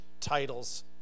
titles